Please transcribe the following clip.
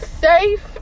safe